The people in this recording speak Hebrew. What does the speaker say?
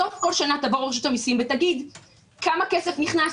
בסוף כל שנה תבוא רשות המיסים ותגיד כמה כסף נכנס,